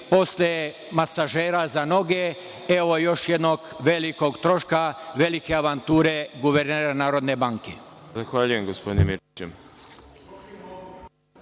Posle masažera za noge, evo još jednog velikog troška, velike avanture guvernera NBS.